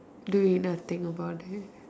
doing nothing about it